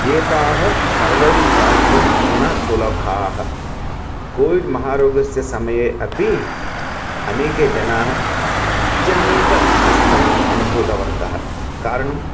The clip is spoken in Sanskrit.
एताः सर्वैः प्राप्तुं न सुलभाः कोविड् महारोगस्य समये अपि अनेके जनाः अत्यन्तं कष्टम् अनुभूतवन्तः कारणम्